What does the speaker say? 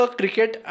cricket